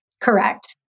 Correct